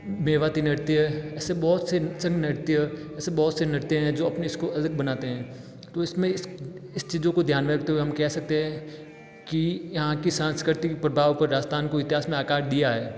मेवाती नृत्य ऐसे बहुत से नृत्य ऐसे बहुत से नृत्य हैं जो अपने इसको अलग बनाते हैं तो इसमें इस चीज़ों को ध्यान में रखते हुए हम कह सकते हैं कि यहाँ की सांस्कृतिक प्रभाव को राजस्थान को इतिहास में आकार दिया है